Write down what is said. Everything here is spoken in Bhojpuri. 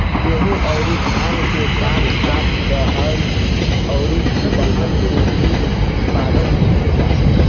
गेहूं अउरी धान के साथ साथ दहलन अउरी तिलहन के भी उत्पादन होखेला